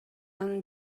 анын